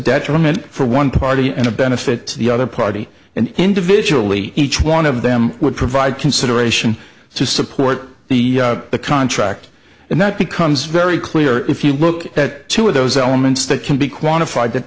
detriment for one party and a benefit to the other party and individually each one of them would provide consideration to support the contract and that becomes very clear if you look at two of those elements that can be quantified